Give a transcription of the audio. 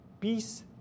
peace